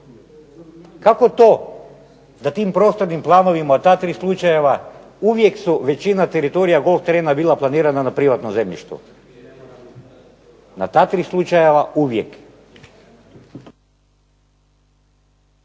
Kako to da tim prostornim planovima u ta tri slučajeva uvijek su većina teritorija golf terena bila planirana na privatnom zemljištu. Na ta tri slučajeva uvijek.